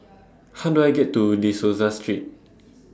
How Do I get to De Souza Street